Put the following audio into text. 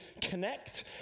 Connect